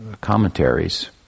commentaries